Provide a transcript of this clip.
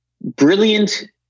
Brilliant